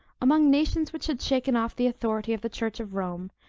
among nations which had shaken off the authority of the church of rome,